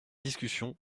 discussion